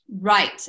Right